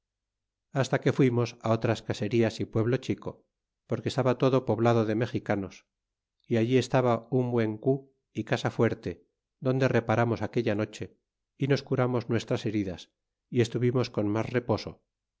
hasta que fuimos á otras casonas y pueblo chico porque estaba todo poblado de mexicanos y allí estaba un buen cu y casa fuerte donde reparamos aquella noche y nos curamos nuestras heridas y estuvimos con mas reposo y